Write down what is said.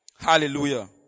Hallelujah